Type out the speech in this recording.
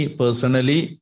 personally